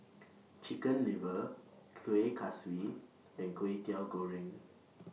Chicken Liver Kueh Kaswi and Kwetiau Goreng